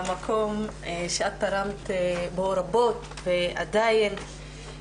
המקום שאת תרמת בו רבות, ועדיין תורמת.